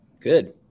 Good